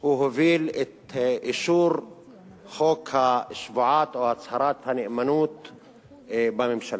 הוא הוביל את אישור חוק שבועת או הצהרת הנאמנות בממשלה.